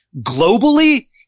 globally